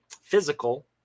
physical